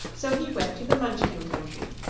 so he went to the munchkin country,